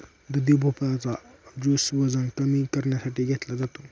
दुधी भोपळा चा ज्युस वजन कमी करण्यासाठी घेतला जातो